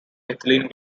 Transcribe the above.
ethylene